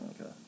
okay